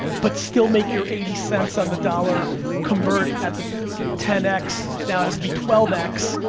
but still make your eighty cents on the dollar convert at the ten x, now it has to be twelve x,